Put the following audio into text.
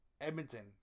Edmonton